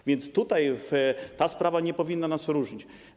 A więc tutaj ta sprawa nie powinna nas różnić.